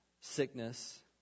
sickness